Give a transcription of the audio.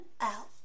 out